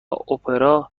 اپرا